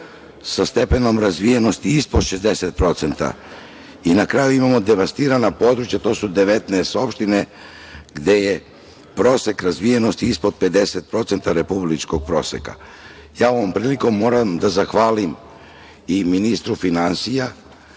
sa stepenom razvijenosti ispod 60% i na kraju imamo devastirana područja, a to je 19 opština gde je prosek razvijenosti ispod 50% republičkog proseka. Ovom prilikom moram da zahvalim i ministru finansija